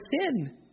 sin